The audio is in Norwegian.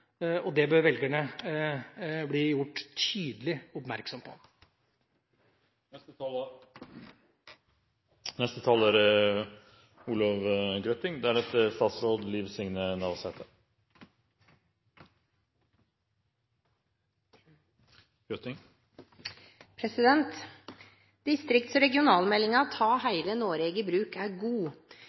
og det bør velgerne bli gjort tydelig oppmerksom på. Distrikts- og regionalmeldingen Ta heile Noreg i bruk er